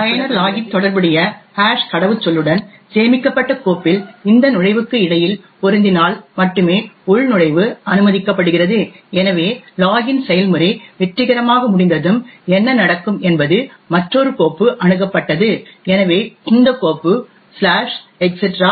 பயனர் லாகின் தொடர்புடைய ஹாஷ் கடவுச்சொல்லுடன் சேமிக்கப்பட்ட கோப்பில் இந்த நுழைவுக்கு இடையில் பொருந்தினால் மட்டுமே உள்நுழைவு அனுமதிக்கப்படுகிறது எனவே லாகின் செயல்முறை வெற்றிகரமாக முடிந்ததும் என்ன நடக்கும் என்பது மற்றொரு கோப்பு அணுகப்பட்டது எனவே இந்த கோப்பு etc